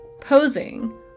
posing